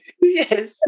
Yes